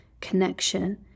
connection